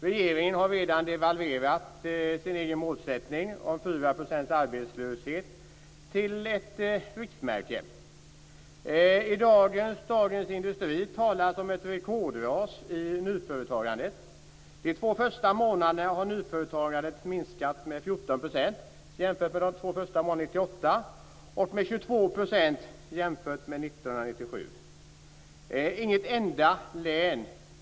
Regeringen har redan devalverat sin egen målsättning om 4 % arbetslöshet till ett riktmärke. I Dagens Industri av i dag talas det om ett rekordras i nyföretagandet. Under årets två första månader har nyföretagandet minskat med 14 % jämfört med årets två första månader 1998 och med 22 % jämfört med 1997.